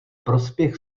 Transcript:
prospěch